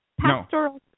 pastoral